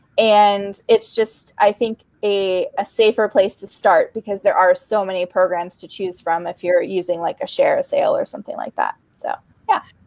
and it's just, i think, a a safer place to start, because there are so many programs to choose from, if you're using like a shareasale or something like that. so yeah.